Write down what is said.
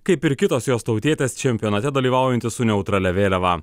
kaip ir kitos jos tautietės čempionate dalyvaujanti su neutralia vėliava